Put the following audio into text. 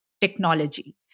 technology